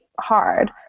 hard